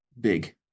big